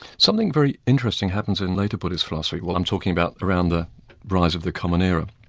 something very interesting happens in later buddhist philosophy, well i'm talking about around the rise of the common era.